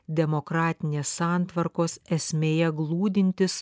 demokratinės santvarkos esmėje glūdintis